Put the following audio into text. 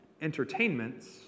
entertainments